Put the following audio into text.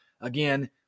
Again